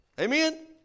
Amen